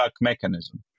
mechanism